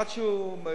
עד שהוא מגיע.